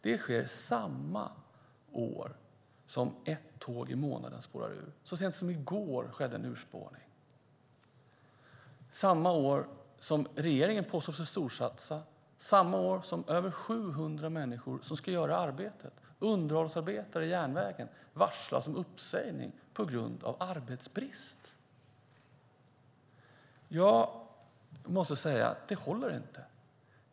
Det sker samma år som ett tåg i månaden spårar ur - så sent som i går skedde en urspårning - samma år som regeringen påstår sig storsatsa och samma år som över 700 människor som ska göra arbetet, underhållsarbetare vid järnvägen, varslas om uppsägning på grund av arbetsbrist. Detta håller inte.